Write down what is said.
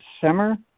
summer